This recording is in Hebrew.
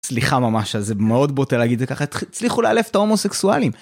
סליחה ממש אז זה מאוד בוטה להגיד את זה ככה הצליחו לאלף את ההומוסקסואלים.